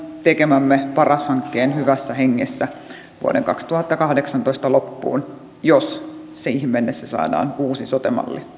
tekemämme paras hankkeen hyvässä hengessä vuoden kaksituhattakahdeksantoista loppuun jos siihen mennessä saadaan uusi sote malli